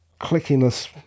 clickiness